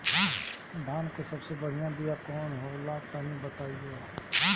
धान के सबसे बढ़िया बिया कौन हो ला तनि बाताई?